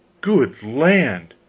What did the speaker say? good land!